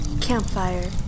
Campfire